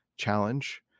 challenge